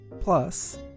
Plus